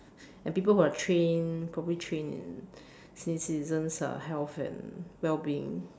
and people who are trained properly trained in senior citizens uh health and well being